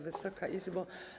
Wysoka Izbo!